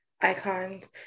icons